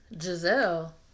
Giselle